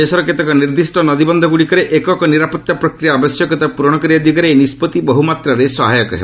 ଦେଶର କେତେକ ନିର୍ଦ୍ଦିଷ୍ଟ ନଦୀବନ୍ଧଗୁଡ଼ିକରେ ଏକକ ନିରାପତ୍ତା ପ୍ରକ୍ରିୟା ଆବଶ୍ୟକତାକୁ ପୂର୍ବଶ କରିବା ଦିଗରେ ଏହି ନିଷ୍ପଭି ବହୁମାତ୍ରାରେ ସହାୟକ ହେବ